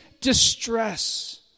distress